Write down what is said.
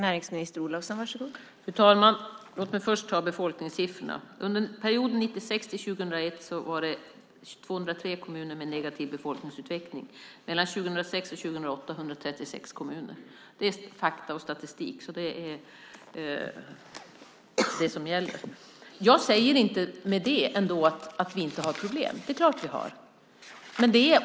Fru talman! Låt mig först ta befolkningssiffrorna. Under perioden 1996-2001 var det 203 kommuner som hade negativ befolkningsutveckling. Mellan 2006 och 2008 var det 136 kommuner. Det är fakta och statistik. Jag säger inte att vi inte har problem; det är klart vi har.